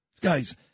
guy's